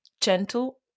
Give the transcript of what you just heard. Gentle